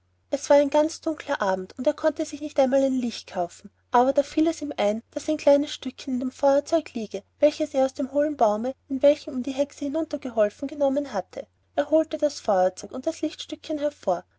es war ein ganz dunkler abend er konnte sich nicht einmal ein licht kaufen aber da fiel es ihm ein daß ein kleines stückchen in dem feuerzeuge liege welches er aus dem hohlen baume in welchem die hexe ihm hinunter geholfen genommen hatte er holte das feuerzeug und das lichtstückchen vor